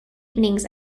evenings